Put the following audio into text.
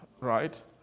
right